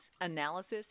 analysis